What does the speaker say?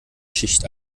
schicht